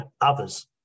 others